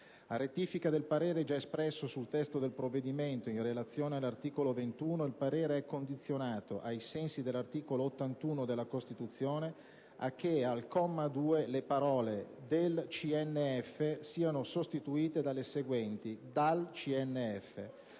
A rettifica del parere già espresso sul testo del provvedimento, in relazione all'articolo 21 il parere è condizionato, ai sensi dell'articolo 81 della Costituzione, a che al comma 2 le parole "del CNF" siano sostituite dalle seguenti: "dal CNF".